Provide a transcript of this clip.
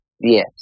Yes